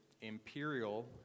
imperial